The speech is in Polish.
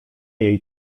jej